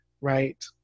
right